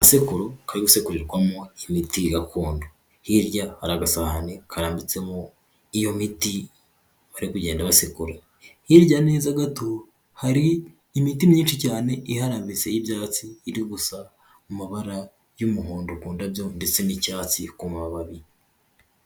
Agasekuro kari gusekurirwamo imiti gakondo, hirya hari agasahani karambitsemo iyo miti bari kugenda basekura, hirya neza gato hari imiti myinshi cyane iharambitse y'ibyatsi, iri gusa mu mabara y'umuhondo ku ndabyo ndetse n'icyatsi ku mababi.